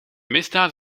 misdaad